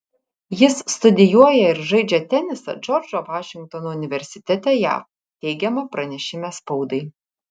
jis studijuoja ir žaidžia tenisą džordžo vašingtono universitete jav teigiama pranešime spaudai